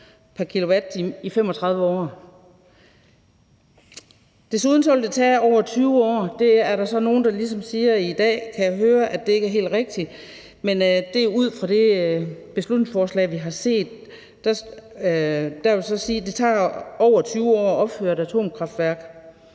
pr. kilowatt-time i 35 år. Desuden vil det tage over 20 år. Det er der så nogle – kan jeg høre – der i dag ligesom siger ikke er helt rigtigt. Men det er ud fra det forslag, vi har set. Og det vil så sige, at det tager over 20 år at opføre et atomkraftværk,